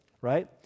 right